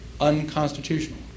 unconstitutional